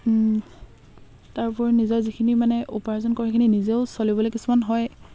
তাৰ উপৰি নিজৰ যিখিনি মানে উপাৰ্জন কৰে সেইখিনি নিজেও চলিবলৈ কিছুমান হয়